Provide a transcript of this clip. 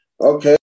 Okay